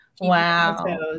wow